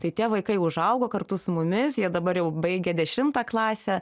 tai tie vaikai užaugo kartu su mumis jie dabar jau baigę dešimtą klasę